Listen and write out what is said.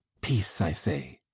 peace, i say.